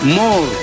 more